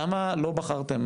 למה לא בחרתם,